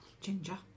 Ginger